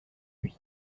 lui